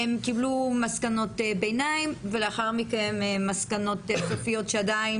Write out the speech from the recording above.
הם קיבלו מסקנות ביניים ולאחר מכן מסקנות סופיות שטרם